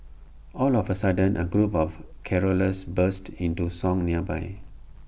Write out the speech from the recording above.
all of A sudden A group of carollers burst into song nearby